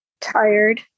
tired